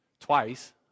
twice